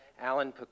Alan